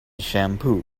shampoo